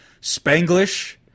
Spanglish